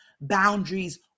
boundaries